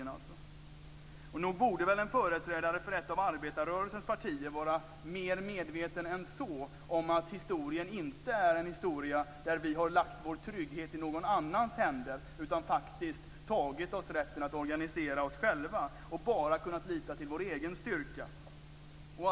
Nog borde väl en företrädare för ett av arbetarrörelsens partier vara mer medveten än så om att historien inte är en historia där vi har lagt vår trygghet i någon annans händer, utan faktiskt tagit oss rätten att organisera oss själva och bara kunnat lita till vår egen styrka.